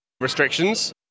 restrictions